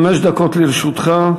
חמש דקות לרשותך.